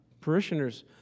parishioners